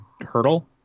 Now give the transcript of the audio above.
Hurdle